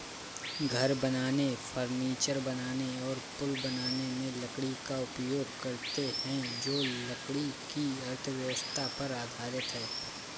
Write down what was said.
घर बनाने, फर्नीचर बनाने और पुल बनाने में लकड़ी का उपयोग करते हैं जो लकड़ी की अर्थव्यवस्था पर आधारित है